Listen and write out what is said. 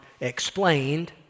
Explained